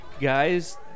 guys